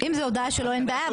אם זה הודעה שלו אז אין בעיה,